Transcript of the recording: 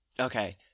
Okay